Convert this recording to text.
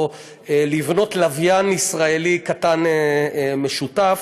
או לבנות לוויין ישראלי קטן משותף,